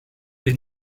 des